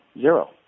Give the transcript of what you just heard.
zero